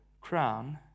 crown